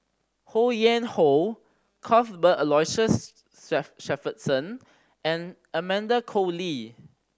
Ho Yuen Hoe Cuthbert Aloysius Shepherdson and Amanda Koe Lee